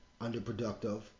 underproductive